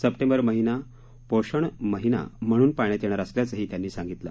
September महिना पोषण महिना म्हणून पाळण्यात येणार असल्याचंही त्यांनी सांगितलं